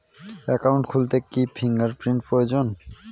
Account খুলতে কি fingerprint প্রয়োজন?